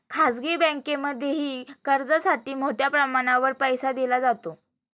खाजगी बँकांमध्येही कर्जासाठी मोठ्या प्रमाणावर पैसा दिला जातो